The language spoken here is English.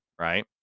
right